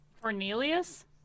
Cornelius